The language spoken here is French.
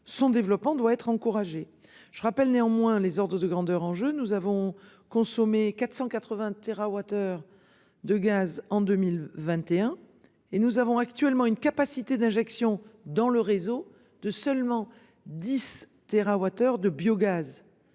son développement doit être encouragée. Je rappelle néanmoins les ordres de grandeur jeu nous avons consommé 480 TWh de gaz en 2021 et nous avons actuellement une capacité d'injection dans le réseau de seulement 10 TWh de biogaz.